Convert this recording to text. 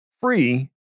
free